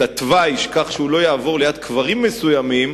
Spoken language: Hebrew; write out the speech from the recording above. התוואי כך שהוא לא יעבור ליד קברים מסוימים,